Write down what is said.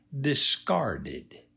discarded